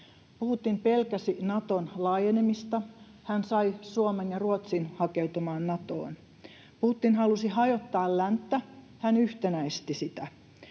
Putin pelkäsi Naton laajenemista — hän sai Suomen ja Ruotsin hakeutumaan Natoon. Putin halusi hajottaa länttä — hän yhtenäisti sitä.